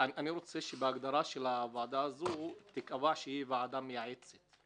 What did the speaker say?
אני רוצה שבהגדרה של הוועדה הזו ייקבע שתהיה ועדה מייעצת.